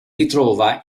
ritrova